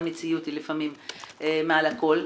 המציאות היא לפעמים מעל הכול.